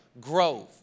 Grove